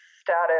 status